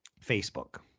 Facebook